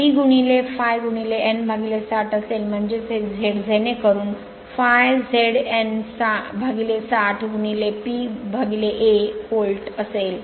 P ∅ N 60 असेल म्हणजे हे Z जेणेकरून ∅ Z N 60 P A volt असेल